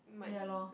but ya loh